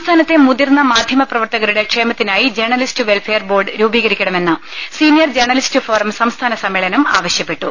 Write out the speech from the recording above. സംസ്ഥാനത്തെ മുതിർന്ന മാധ്യമ പ്രവർത്തകരുടെ ക്ഷേമത്തിനായി ജേണലിസ്റ്റ് വെൽഫെയർ ബോർഡ് രൂപീകരി ക്കണമെന്ന് സീനിയർ ജേണലിസ്റ്റ് ഫോറം സംസ്ഥാന സമ്മേളനം ആവശ്യപ്പട്ടു